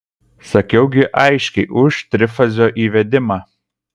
sakiau gi aiškiai už trifazio įvedimą